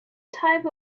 type